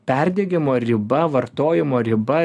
perdegimo riba vartojimo riba